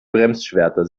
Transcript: bremsschwerter